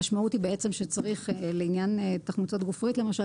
המשמעות היא שלעניין תחמוצות גופרית למשל